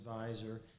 advisor